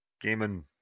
gaming